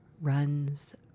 runs